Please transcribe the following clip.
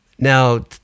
Now